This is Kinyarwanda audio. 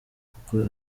kuko